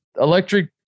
electric